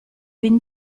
ben